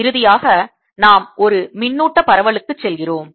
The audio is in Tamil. இறுதியாக நாம் ஒரு மின்னூட்ட பரவலுக்கு செல்கிறோம்